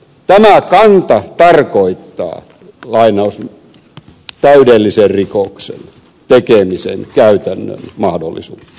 tämä kanta tarkoittaa täydellisen rikoksen tekemisen käytännön mahdollisuutta